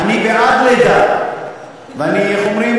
חבלי לידה זה דבר בסדר גמור.